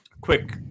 quick